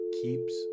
keeps